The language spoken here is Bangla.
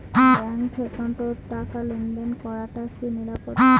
ব্যাংক একাউন্টত টাকা লেনদেন করাটা কি নিরাপদ?